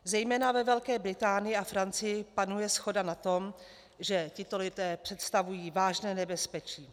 Zejména ve Velké Británii a Francii panuje shoda na tom, že tito lidé představují vážné nebezpečí.